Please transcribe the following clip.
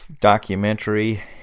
documentary